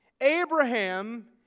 Abraham